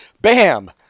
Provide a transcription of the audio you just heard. bam